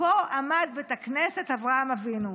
פה עמד בית הכנסת אברהם אבינו.